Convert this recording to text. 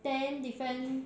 ten different